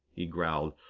he growled,